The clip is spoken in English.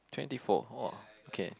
twenty four !whoa! okay